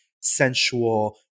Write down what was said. sensual